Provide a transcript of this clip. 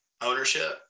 ownership